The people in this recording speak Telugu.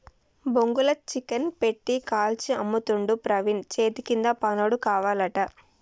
బొంగుల చికెన్ పెట్టి కాల్చి అమ్ముతుండు ప్రవీణు చేతికింద పనోడు కావాలట